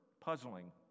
puzzling